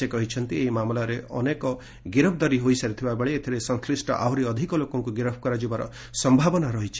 ସେ କହିଛନ୍ତି ଏହି ମାମଲାରେ ଅନେକ ଗିରଫଦାରୀ ହୋଇସାରିଥିବାବେଳେ ଏଥିରେ ସଂଶ୍ରିଷ୍ଟ ଆହୁରି ଅଧିକ ଲୋକଙ୍କୁ ଗିରଫ କରାଯିବାର ସମ୍ଭାବନା ରହିଛି